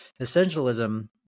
essentialism